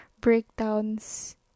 breakdowns